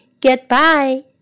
goodbye